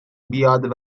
بیاد